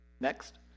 Next